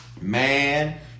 Man